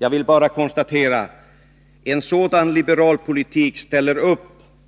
Jag vill bara konstatera: En sådan liberal politik ställer upp